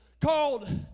called